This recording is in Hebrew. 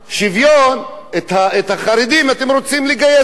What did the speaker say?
את החרדים אתם רוצים לגייס לצבא,